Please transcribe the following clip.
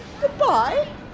Goodbye